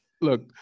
Look